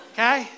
Okay